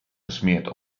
gesmeerd